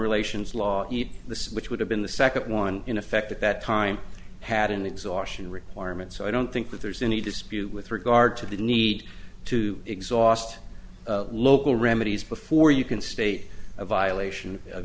relations law the switch would have been the second one in effect at that time had an exhaustion requirement so i don't think that there's any dispute with regard to the need to exhaust local remedies before you can state a violation of